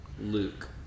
Luke